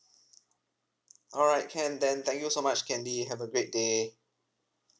alright can then thank you so much candy have a great day